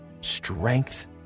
strength